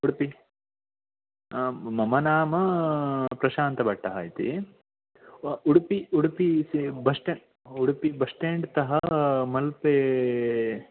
उडुपि मम नाम प्रशान्तभट्टः इति उडुपि उडुपि बस्टाण्ड् उडुपि बस्टाण्ड् तः मल्पे